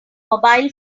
mobile